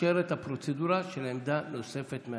מתאפשרת הפרוצדורה של עמדה נוספת מהצד.